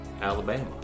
Alabama